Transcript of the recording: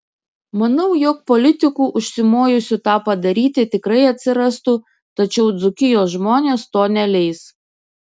manau jog politikų užsimojusių tą padaryti tikrai atsirastų tačiau dzūkijos žmonės to neleis